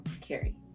Carrie